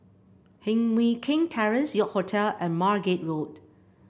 Heng Mui Keng Terrace York Hotel and Margate Road